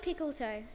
Pickletoe